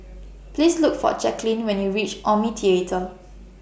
Please Look For Jackeline when YOU REACH Omni Theatre